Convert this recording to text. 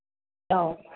औ